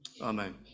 amen